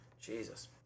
Jesus